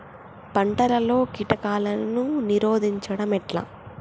పంటలలో కీటకాలను నిరోధించడం ఎట్లా?